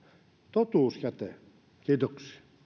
totuus käteen kiitoksia